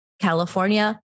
California